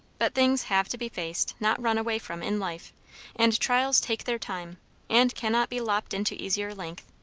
but things have to be faced, not run away from, in life and trials take their time and cannot be lopped into easier length.